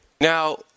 Now